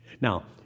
Now